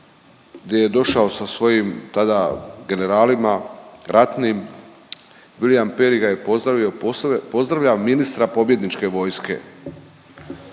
gdje je došao sa svojim tada generalima ratnim, William Perry ga je pozdravio, pozdravljam ministra pobjedničke vojske.